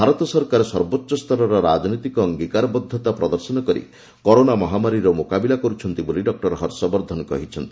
ଭାରତ ସରକାର ସର୍ବୋଚ୍ଚ ସ୍ତରର ରାଜନୈତିକ ଅଙ୍ଗିକାରବଦ୍ଧତା ପ୍ରଦର୍ଶନ କରି କରୋନା ମହାମାରୀର ମୁକାବିଲା କରୁଛନ୍ତି ବୋଲି ଡକ୍ର ହର୍ଷବର୍ଦ୍ଧନ କହିଚ୍ଛନ୍ତି